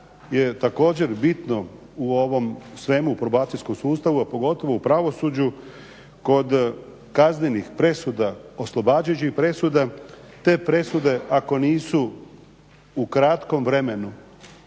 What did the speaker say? je također bitno u ovome svemu u probacijskom sustavu, a pogotovo u pravosuđu kod kaznenih presuda, oslobađajućih presuda, te presude ako nisu u kratkom vremenu